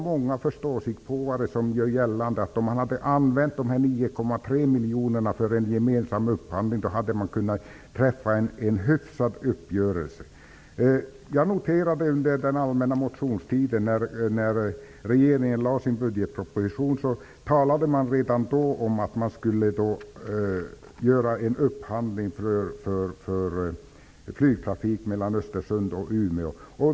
Många förståsigpåare gör gällande att om man hade använt de 9,3 miljonerna för en gemensam upphandling, hade man kunnat träffa en hyfsad uppgörelse. Jag noterade under den allmänna motionstiden att redan när regeringen lade fram sin budgetproposition talade man om att göra en upphandling av flygtrafik mellan Östersund och Umeå.